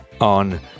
on